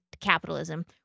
capitalism